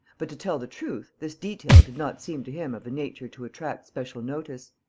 but, to tell the truth, this detail did not seem to him of a nature to attract special notice.